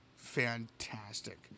Fantastic